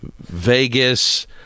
Vegas